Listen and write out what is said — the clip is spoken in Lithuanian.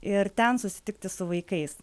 ir ten susitikti su vaikais